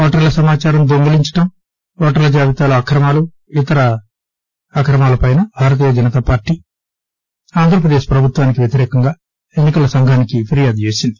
ఓటర్ల సమాచారం దొంగలించడం ఓటర్ల జాబితాలో అక్రమాలు ఇతర అవకతవకలపైన భారతీయ జనతాపార్టీ ఆంధ్రప్రదేశ్ ప్రభుత్వానికి వ్యతిరేకంగా ఎన్ని కల సంఘానికి ఫిర్యాదు చేసింది